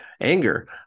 anger